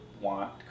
want